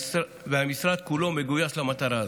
והמשרד כולו מגויס למטרה הזו.